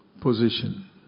position